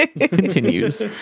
continues